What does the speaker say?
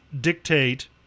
dictate